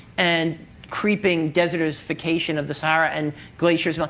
and creeping desertification of the sahara, and glaciers, but